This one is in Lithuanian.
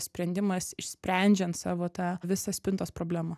sprendimas išsprendžiant savo tą visą spintos problemą